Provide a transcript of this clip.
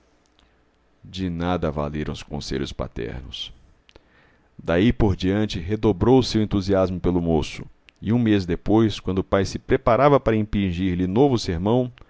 de nada valeram os conselhos paternos daí por diante redobrou o seu entusiasmo pelo moço e um mês depois quando o pai se preparava para impingir-lhe novo sermão